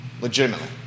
Legitimately